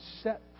set